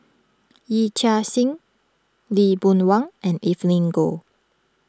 Yee Chia Hsing Lee Boon Wang and Evelyn Goh